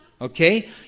Okay